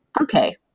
okay